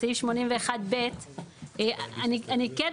בסעיף 81ב. אני כן,